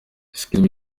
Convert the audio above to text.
skizzy